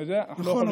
נכון,